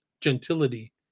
gentility